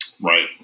Right